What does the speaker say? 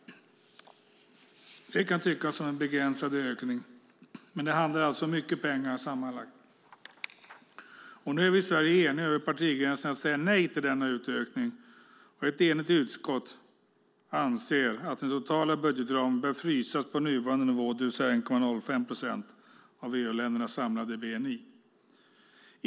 Det kan tyckas som en begränsad ökning, men det handlar alltså om mycket pengar sammanlagt. Nu är vi i Sverige eniga över partigränserna om att säga nej till denna utökning. Ett enigt utskott anser alltså att den totala budgetramen bör frysas på nuvarande nivå, det vill säga 1,05 procent av EU-ländernas samlade bni.